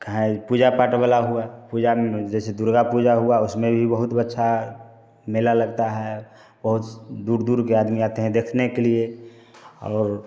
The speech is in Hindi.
खाए पूजा पाठ वाला हुआ पूजा में जैसे दुर्गा पूजा हुआ उसमें भी बहुत अच्छा मेला लगता है बहुत दूर दूर के आदमी आते हैं देखने के लिए और